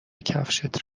کفشت